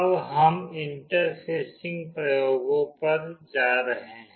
अब हम इंटरफेसिंग प्रयोगों पर जा रहे हैं